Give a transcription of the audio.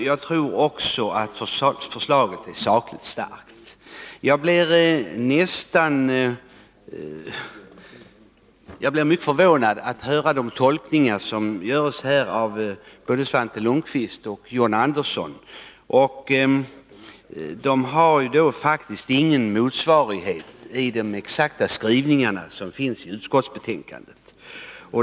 Jag tror också att förslaget är sakligt starkt. Jag blir mycket förvånad när jag hör de tolkningar som görs av både Svante Lundkvist och John Andersson. De har faktiskt ingen motsvarighet i skrivningarna i utskottsbetänkandet.